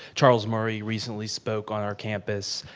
charles murray recently spoke on our campus,